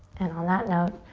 and on that note,